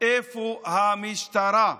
איפה המשטרה?